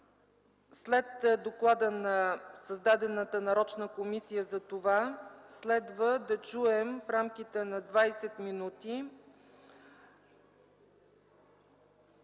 след доклада на създадената нарочна комисия за това, следва да чуем в рамките на 20 минути